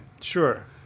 Sure